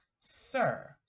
Sir